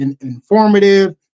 informative